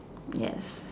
yes